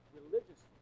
religious